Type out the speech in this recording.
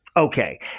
Okay